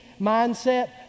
mindset